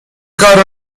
کارو